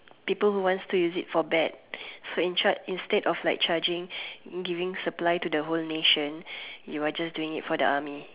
people who wants to use it for bad for in charge for instead of like charging giving supply to the whole nation you are just doing it for the army